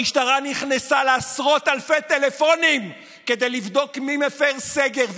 המשטרה נכנסה לעשרות אלפי טלפונים כדי לבדוק מי מפר סגר.